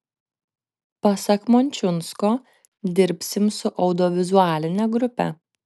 pasak mončiunsko dirbsim su audiovizualine grupe